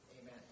Amen